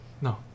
No